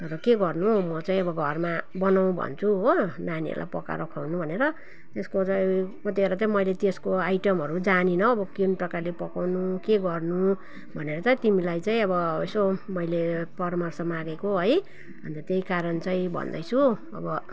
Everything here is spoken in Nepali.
तर के गर्नु म चाहिँ अब घरमा बनाऊँ भन्छु हो नानीहरूलाई पकाएर खुवाउनु भनेर त्यसको चाहिँ कतिवटा चाहिँ मैले त्यसको आइटमहरू जानिनँ हो अब कुन प्रकारले पकाउनु के गर्नु भनेर चाहिँ तिमीलाई चाहिँ अब यसो मैले परामर्श मागेको है अन्त त्यही कारण चाहिँ भन्दैछु अब